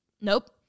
Nope